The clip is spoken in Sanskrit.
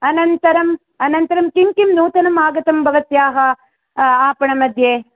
अनन्तरम् अनन्तरं किं किं नूतनम् आगतं भवत्याः आपणमध्ये